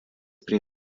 prie